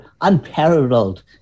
unparalleled